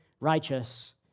righteous